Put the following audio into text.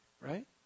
right